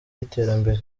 y’iterambere